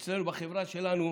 אצלנו, בחברה שלנו,